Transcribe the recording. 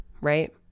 right